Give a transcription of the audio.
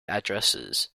addresses